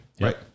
Right